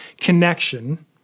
connection